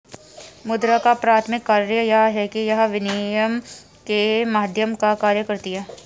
मुद्रा का प्राथमिक कार्य यह है कि यह विनिमय के माध्यम का कार्य करती है